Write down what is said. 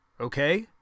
Okay